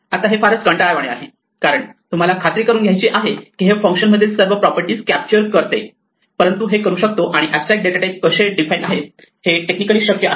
आता हे फारच कंटाळवाणे आहे कारण तुम्हाला खात्री करून घ्यायची आहे की हे फंक्शन मधील सर्व प्रॉपर्टी कॅप्चर करते परंतु हे करू शकतो आणि ऍबस्ट्रॅक्ट डेटा टाइप कसे डिफाइन आहेत हे टेक्निकली शक्य आहे